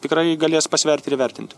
tikrai galės pasvert ir įvertint